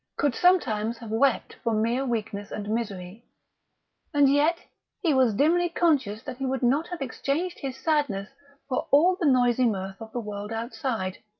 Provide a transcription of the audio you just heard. could sometimes have wept for mere weakness and misery and yet he was dimly conscious that he would not have exchanged his sadness for all the noisy mirth of the world outside.